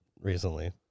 recently